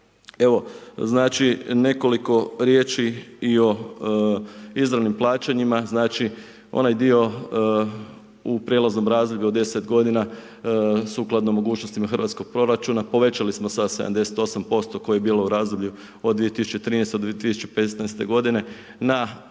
Evo, znači nekoliko riječi i o izravnim plaćanjima, znači onaj dio u prijelaznom razdoblju od 10 godina sukladno mogućnostima hrvatskog proračuna povećali smo sa 78% koje je bilo u razdoblju od 2013. do 2015. godine na 83%